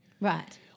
Right